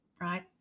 right